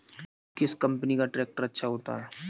किस कंपनी का ट्रैक्टर अच्छा होता है?